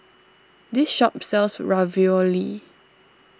this shop sells Ravioli